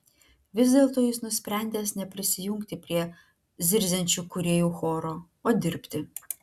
vis dėlto jis nusprendęs neprisijungti prie zirziančių kūrėjų choro o dirbti